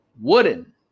Wooden